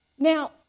Now